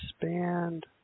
expand